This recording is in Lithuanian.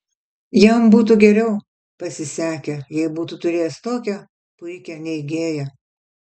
jam būtų geriau pasisekę jei būtų turėjęs tokią puikią neigėją